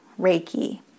Reiki